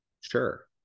sure